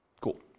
Cool